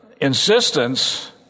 insistence